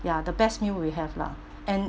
ya the best meal we have lah and